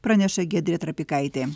praneša giedrė trapikaitė